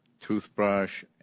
toothbrush